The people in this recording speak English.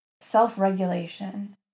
self-regulation